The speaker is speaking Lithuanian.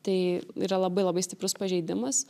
tai yra labai labai stiprus pažeidimas